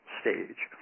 stage